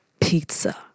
pizza